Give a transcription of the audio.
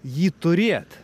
jį turėt